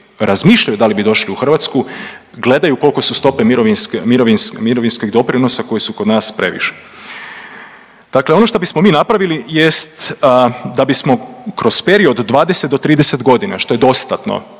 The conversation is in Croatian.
da li bi došli u Hrvatsku, gledaju kolike su tope mirovinskih doprinosa koji su kod nas previše. Dakle, ono što bismo mi napravili jest da bismo kroz period od 20 do 30 godina što je dostatno,